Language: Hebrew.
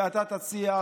ואתה תצליח,